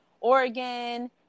Oregon